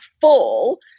full